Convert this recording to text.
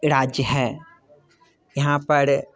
राज्य है यहाँ पर